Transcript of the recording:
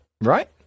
right